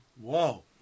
Whoa